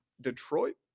detroit